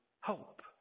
Hope